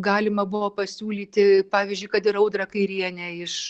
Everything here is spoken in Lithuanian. galima buvo pasiūlyti pavyzdžiui kad ir audrą kairienę iš